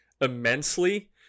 immensely